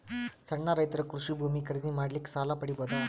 ಸಣ್ಣ ರೈತರು ಕೃಷಿ ಭೂಮಿ ಖರೀದಿ ಮಾಡ್ಲಿಕ್ಕ ಸಾಲ ಪಡಿಬೋದ?